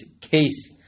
case